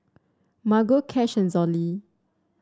Margo Cash and Zollie